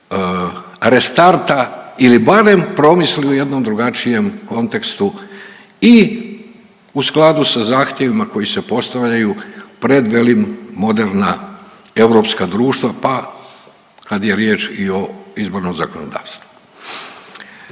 restarta ili barem promisli u jednom drugačijem kontekstu i u skladu sa zahtjevima koji se postavljaju pred velim moderna europska društva pa kad je riječ i o izbornom zakonodavstvu.